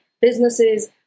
businesses